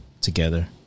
together